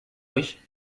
euch